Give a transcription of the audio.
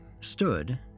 stood